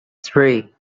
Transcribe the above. three